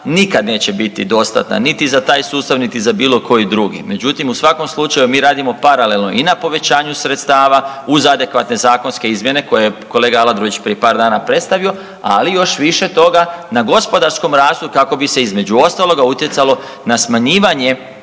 nikada neće biti dostatna niti za taj sustav, niti za bilo koji drugi. Međutim, u svakom slučaju mi radimo paralelno i na povećanju sredstava uz adekvatne zakonske izmjene koje je kolega Aladrović prije par dana predstavio, ali još više toga na gospodarskom rastu kako bi se između ostaloga utjecalo na smanjivanje